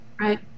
Right